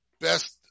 best